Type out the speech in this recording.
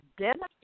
identify